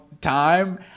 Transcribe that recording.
time